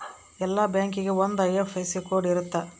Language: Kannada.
ಎಲ್ಲಾ ಬ್ಯಾಂಕಿಗೆ ಒಂದ್ ಐ.ಎಫ್.ಎಸ್.ಸಿ ಕೋಡ್ ಇರುತ್ತ